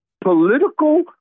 political